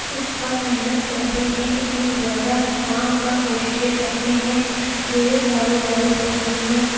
اس پر محنت کرتے ہیں اتنی زیادہ اس کام پر کوششیں کرتے ہیں جو ایک کاروباری سرگرمیوں